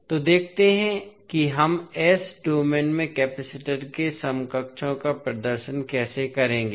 तो देखते हैं कि हम s डोमेन में कैपेसिटर के समकक्षों का प्रदर्शन कैसे करेंगे